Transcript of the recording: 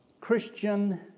Christian